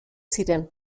ziren